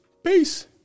Peace